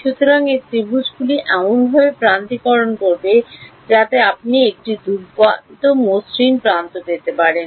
সুতরাং এটি ত্রিভুজগুলি এমনভাবে প্রান্তিককরণ করবে যাতে আপনি একটি দুর্দান্ত মসৃণ প্রান্ত পেতে পারেন